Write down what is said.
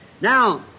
Now